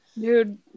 Dude